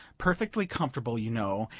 perfectly comfortable, you know,